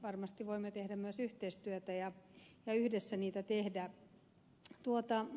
varmasti voimme tehdä myös yhteistyötä ja yhdessä niitä tehdä